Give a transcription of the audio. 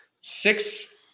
Six